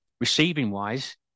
Receiving-wise